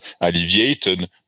alleviated